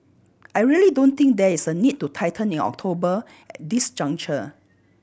I really don't think there is a need to tighten in October at this juncture